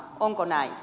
onko näin